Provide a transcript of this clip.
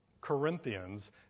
Corinthians